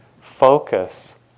focus